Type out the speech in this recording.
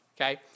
okay